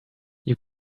you